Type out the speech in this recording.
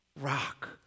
rock